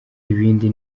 ibindi